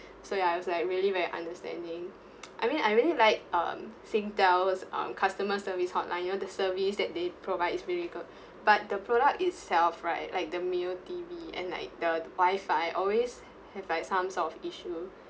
so ya it was like really very understanding I mean I really like um Singtel was um customer service hotline you know the service that they provide is really good but the product itself right like the mio T_V and like the wifi always have like some sort of issue